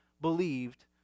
believed